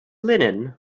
linen